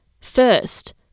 first